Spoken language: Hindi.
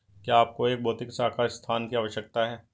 क्या आपको एक भौतिक शाखा स्थान की आवश्यकता है?